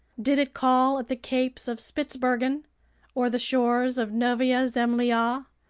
did it call at the capes of spitzbergen or the shores of novaya zemlya?